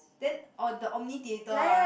then orh the omnitheatre ah